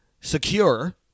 Secure